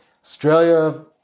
Australia